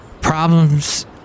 problems